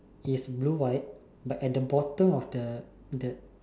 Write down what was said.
is blue white but but at the bottom of the the